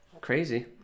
crazy